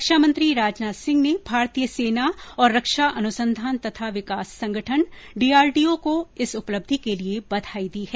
रक्षामंत्री राजनाथ सिंह ने भारतीय सेना और रक्षा अनुसंधान तथा विकास संगठन डी आर डी ओ को इस उपलब्धि के लिए बधाई दी है